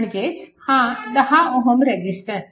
म्हणजेच हा 10Ω रेजिस्टन्स